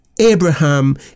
Abraham